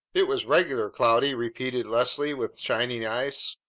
it was regular, cloudy! repeated leslie with shining eyes.